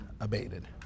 abated